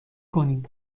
کنیم